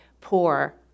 poor